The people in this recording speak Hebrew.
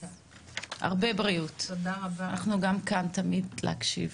ואנחנו גם כאן תמיד להקשיב.